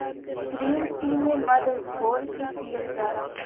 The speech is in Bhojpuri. ग्रीन टी में मध घोर के पियल जाला